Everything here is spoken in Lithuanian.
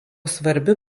svarbiu